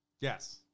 Yes